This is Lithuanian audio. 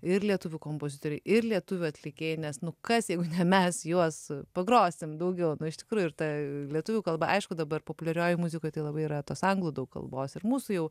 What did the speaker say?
ir lietuvių kompozitoriai ir lietuvių atlikėjai nes nu kas jeigu ne mes juos pagrosim daugiau na iš tikrųjų ir ta lietuvių kalba aišku dabar populiarioj muzikoj tai labai yra tos anglų kalbos ir mūsų jau